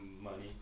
money